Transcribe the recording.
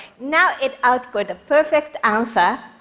now it outputs a perfect answer,